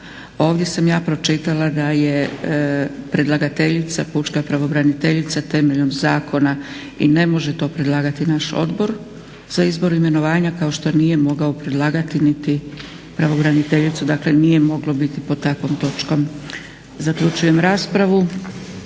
Ovdje sam ja pročitala da je predlagateljica pučka pravobraniteljica temeljem zakona i ne može to predlagati naš Odbor za izbor, imenovanja kao što nije mogao predlagati niti pravobraniteljicu. Dakle, nije moglo biti pod takvom točkom. Zaključujem raspravu.